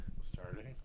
starting